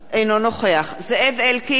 אינו נוכח זאב אלקין,